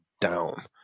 down